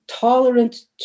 tolerant